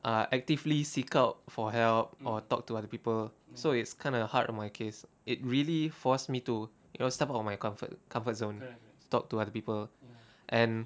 uh actively seek out for help or talk to other people so it's kind of hard on my case it really force me to you know step out of my comfort comfort zone talk to other people and